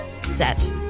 set